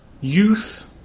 youth